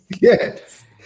Yes